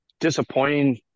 disappointing